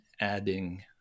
adding